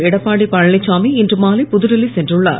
எடப்பாடி பழனிசாமி இன்று மாலை புதுடில்லி சென்றுள்ளார்